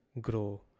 grow